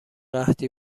قحطی